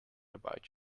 about